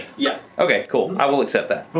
yeah. okay, cool. i will accept that. but